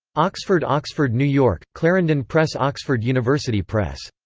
oxford oxford new york clarendon press oxford university press.